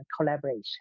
collaboration